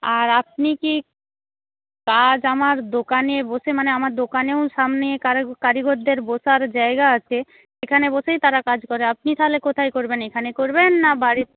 আর আপনি কি কাজ আমার দোকানে বসে মানে আমার দোকানেও সামনে কারিগরদের বসার জায়গা আছে সেখানে বসেই তাঁরা কাজ করে আপনি তাহলে কোথায় করবেন এখানে করবেন না বাড়িতে